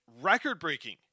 Record-breaking